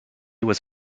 was